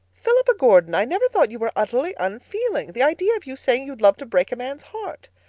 philippa gordon! i never thought you were utterly unfeeling. the idea of you saying you'd love to break a man's heart!